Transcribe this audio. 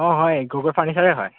অঁ হয় গগৈ ফাৰ্ণিচাৰে হয়